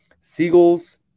Seagulls